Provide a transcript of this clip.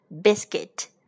biscuit